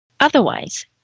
Otherwise